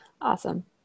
Awesome